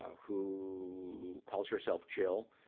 who, calls herself jill.